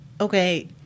okay